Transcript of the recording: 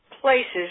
places